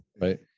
Right